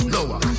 Lower